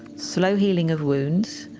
slow healing of wounds,